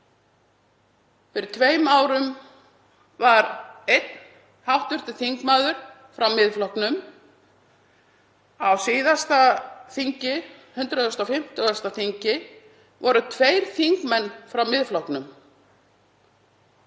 Fyrir tveimur árum var einn hv. þingmaður frá Miðflokknum. Á síðasta þingi, 150. þingi, voru tveir þingmenn frá Miðflokknum.